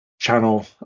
Channel